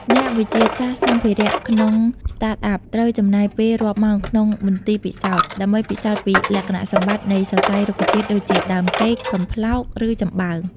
អ្នកវិទ្យាសាស្ត្រសម្ភារៈ ក្នុង Startup ត្រូវចំណាយពេលរាប់ម៉ោងក្នុងមន្ទីរពិសោធន៍ ដើម្បីពិសោធន៍ពីលក្ខណៈសម្បត្តិនៃសរសៃរុក្ខជាតិដូចជា ដើមចេក កំប្លោក ឬចំបើង។